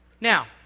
Now